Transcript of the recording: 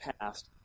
past